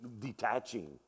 detaching